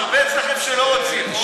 יש הרבה אצלכם שלא רוצים.